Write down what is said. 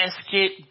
escape